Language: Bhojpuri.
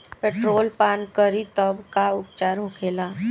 पेट्रोल पान करी तब का उपचार होखेला?